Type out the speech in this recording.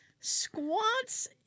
Squats